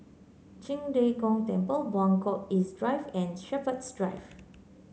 Qing De Gong Temple Buangkok East Drive and Shepherds Drive